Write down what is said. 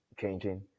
changing